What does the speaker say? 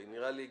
נראה לי הגיוני.